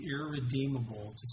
irredeemable